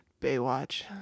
Baywatch